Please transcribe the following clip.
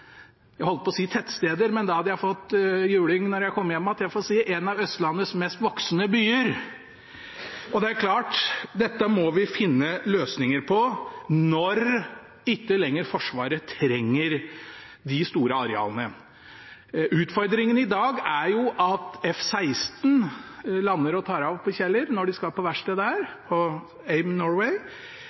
jeg holdt på å si tettsteder, men da hadde jeg fått juling når jeg kom hjem igjen, så jeg får si en av Østlandets mest voksende byer. Det er klart at dette må vi finne løsninger på når Forsvaret ikke lenger trenger de store arealene. Utfordringen i dag er at F-16 lander og tar av på Kjeller når de skal på verksted der, på AIM Norway,